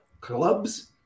clubs